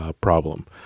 problem